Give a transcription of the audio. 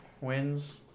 wins